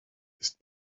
ist